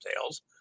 tails